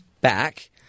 back